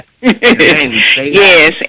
Yes